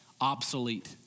obsolete